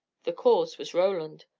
the cause was roland.